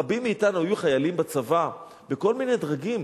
רבים מאתנו היו חיילים בצבא בכל מיני דרגים.